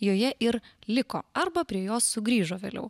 joje ir liko arba prie jos sugrįžo vėliau